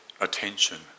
attention